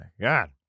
God